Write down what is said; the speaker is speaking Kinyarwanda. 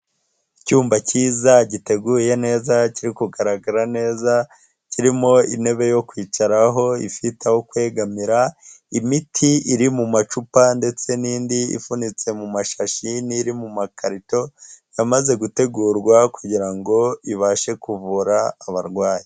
Icyuma cyiza, giteguye neza, kiri kugaragara neza, kirimo intebe yo kwicaraho, ifite aho kwegamira, imiti iri mu macupa ndetse n'indi ipfunitse mu mashashii n'iri mu makarito, yamaze gutegurwa kugira ngo ibashe kuvura abarwayi.